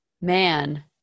man